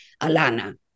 Alana